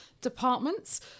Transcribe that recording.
departments